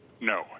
No